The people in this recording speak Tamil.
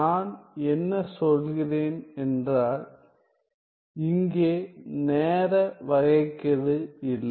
நான் என்ன சொல்கிறேன் என்றால் இங்கே நேர வகைக்கெழு இல்லை